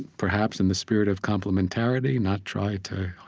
perhaps, in the spirit of complementarity, not try to,